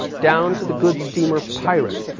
down to the good steamer pirate,